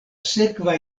sekva